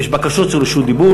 ויש בקשות של רשות דיבור.